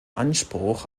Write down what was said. anspruch